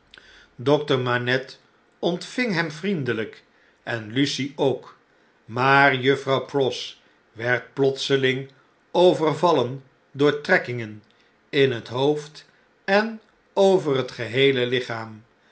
dokter manette ontving hem vriendelijk en lucie ook maar juffrouw pross werd plotseling overvallen door trekkingen in het hoofd en over het geheele lichaam